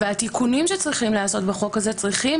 והתיקונים שצריכים לעשות בחוק הזה צריכים